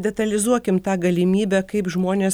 detalizuokim tą galimybę kaip žmonės